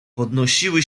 podnosiły